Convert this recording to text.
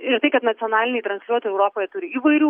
ir tai kad nacionaliniai transliuotojai europoje turi įvairių